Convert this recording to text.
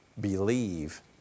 believe